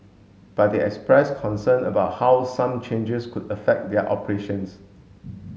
but they expressed concern about how some changes could affect their operations